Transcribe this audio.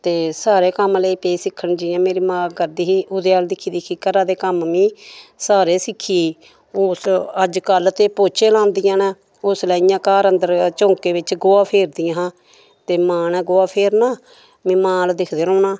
ते सारे कम्म लेई पेई सिक्खन जि'यां मेरी मां करदी ही ओह्दे अल दिक्खी दिक्खी घरा दे कम्म में सारे सिक्खी ई उस अज्जकल ते पौह्चे लांदियां न उसलै इ'यां घर अंदर चौंके बिच गोहा फेरदियां हा ते मां ने गोहा फेरना ते में मां अल दिक्खदे रौह्ना